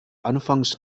anfangs